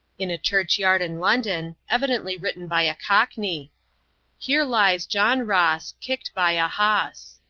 in a church-yard in london, evidently written by a cockney here lies john ross. kicked by a hoss.